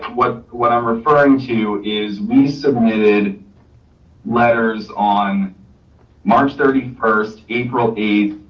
what what i'm referring to is we submitted letters on march thirty first, april eighth,